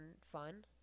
fun